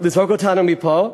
לזרוק אותנו מפה.